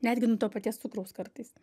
netgi nuo paties cukraus kartais